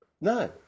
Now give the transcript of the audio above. no